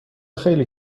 خیلی